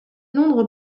londres